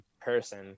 person